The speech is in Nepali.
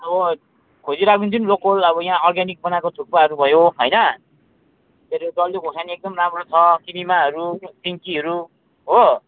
अब खोजिराखिदिन्छु नि लोकल अब यहाँ अर्ग्यानिक बनाएको थुक्पाहरू भयो होइन तेरो डल्ले खोर्सानी एकदम राम्रो छ किनिमाहरू सिन्कीहरू हो